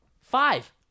Five